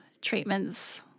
treatments